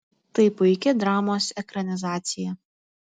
tai puiki dramos ekranizacija